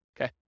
Okay